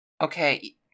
Okay